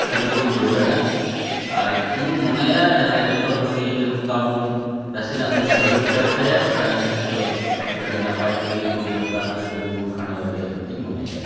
ᱠᱷᱟᱱᱤᱜ ᱤᱧ ᱫᱟᱹᱲᱟᱜᱼᱟ ᱟᱨ ᱤᱧ ᱢᱚᱱᱮᱭᱟ ᱡᱟᱦᱟᱸ ᱡᱚᱛᱚ ᱦᱚᱲᱜᱮ ᱡᱩᱫᱤ ᱱᱚᱝᱠᱟᱵᱚᱱ ᱱᱟᱥᱮᱱᱟᱜ ᱵᱚᱱ ᱥᱟᱨᱤᱨ ᱪᱟᱨᱪᱟᱭᱟ ᱛᱟᱦᱚᱞᱮ ᱠᱷᱟᱱ ᱫᱚ ᱟᱹᱰᱤ ᱱᱟᱯᱟᱭ ᱛᱮᱜᱮᱵᱚᱱ ᱠᱷᱟᱴᱟᱜᱼᱟ ᱡᱤᱵᱚᱱ ᱠᱷᱟᱸᱰᱟᱣ ᱫᱟᱲᱮᱭᱟᱜᱼᱟ ᱢᱮᱱᱛᱮᱧ ᱢᱚᱱᱮᱭᱟ